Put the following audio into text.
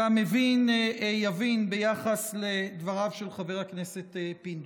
והמבין יבין ביחס לדבריו של חבר הכנסת פינדרוס.